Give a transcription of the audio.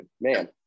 man